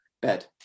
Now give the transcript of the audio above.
Bed